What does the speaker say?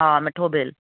हा मिठो भेल